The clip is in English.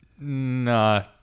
No